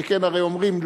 שכן אומרים,